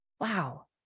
Wow